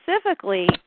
specifically